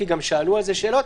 כי גם שאלו שאלות,